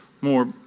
more